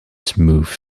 smooth